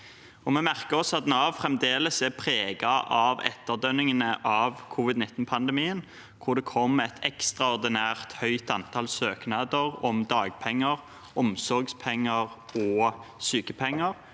Vi merker oss at Nav fremdeles er preget av etterdønningene etter covid-19-pandemien, hvor det kom et ekstraordinært høyt antall søknader om dagpenger, omsorgspenger og sykepenger,